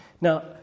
now